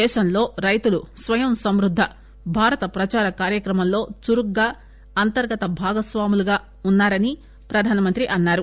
దేశంలో రైతులు స్వయంసంమృద్ధ భారత ప్రదార కార్యక్రమంలో చురుగ్గా అంతర్గత భాగస్వాములు అవుతున్నారని ప్రధానమంత్రి అన్నారు